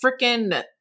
freaking